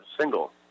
single